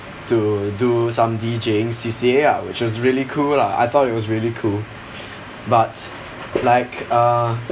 to do some deejaying C_C_A lah which was really cool lah I thought it was really cool but like uh